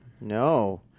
No